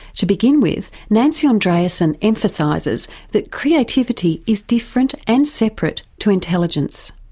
to begin with, nancy andreasen emphasises that creativity is different and separate to intelligence.